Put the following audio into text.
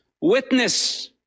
witness